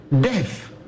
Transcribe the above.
Death